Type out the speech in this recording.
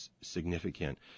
significant